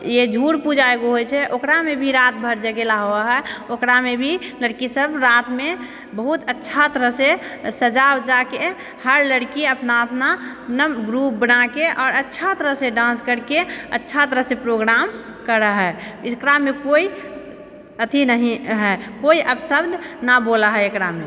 झूड़ पूजा एगो होइ छै ओकरामे भी रातभर जगेला होअऽ हइ ओकरामे भी लड़कीसब रातमे बहुत अच्छा तरहसँ सजा उजाके हर लड़की अपना अपना नब ग्रुप बनाके अच्छा तरहसँ डान्स करिके अच्छा तरहसँ प्रोग्राम करऽ हइ एकरामे कोइ अथी नहि हइ कोइ अपशब्द नहि बोलऽ हइ एकरामे